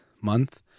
month